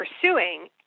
pursuing